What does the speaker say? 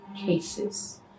cases